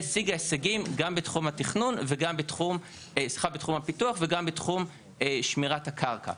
שהשיגה הישגים גם בתחום הפיתוח וגם בתחום שמירת הקרקע,